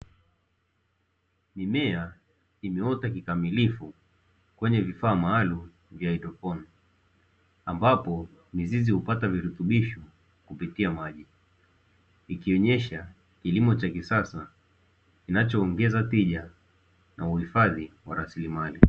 Mimea imeota kikamilifu kwenye vifaa maalumu vya haidroponi, ambapo mizizi hupata virutubisho kupitia maji. Ikionyesha kilimo cha kisasa kinachoongeza tija na uhifadhi wa rasilimali.